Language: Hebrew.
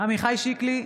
עמיחי שיקלי,